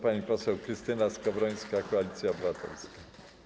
Pani poseł Krystyna Skowrońska, Koalicja Obywatelska.